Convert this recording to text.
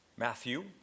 Matthew